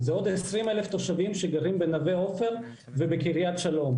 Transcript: אלא זה עוד 20,000 תושבים שגרים בנווה עופר ובקרית שלום,